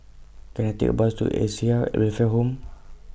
Can I Take A Bus to Acacia Welfare Home